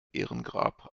ehrengrab